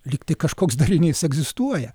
lygtai kažkoks dalinys egzistuoja